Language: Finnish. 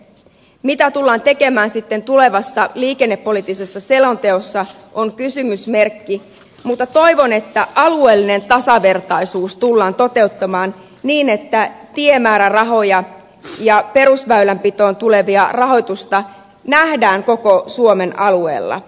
mitä tullaan tekemään sitten tulevassa liikennepoliittisessa selonteossa se on kysymysmerkki mutta toivon että alueellinen tasavertaisuus tullaan toteuttamaan niin että tiemäärärahoja ja perusväylänpitoon tulevaa rahoitusta nähdään koko suomen alueella